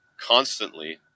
constantly